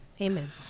Amen